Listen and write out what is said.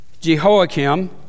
Jehoiakim